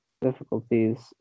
difficulties